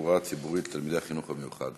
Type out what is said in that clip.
בתחבורה ציבורית לתלמידי החינוך המיוחד.